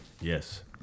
Yes